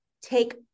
take